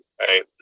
right